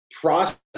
process